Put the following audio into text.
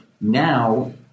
Now